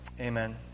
amen